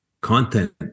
content